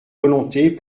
volontés